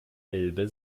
elbe